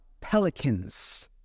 pelicans